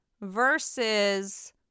versus